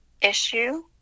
issue